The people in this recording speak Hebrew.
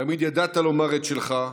תמיד ידעת לומר את שלך,